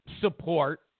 support